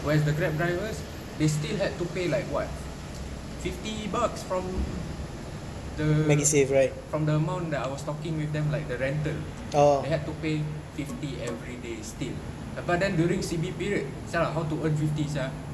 where as the Grab drivers they still had to pay like what fifty bucks from the right from the amount that I was talking with them like the rental they had to pay fifty every day still but then during C_B period [sial] ah how to earn fifty sia